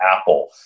Apple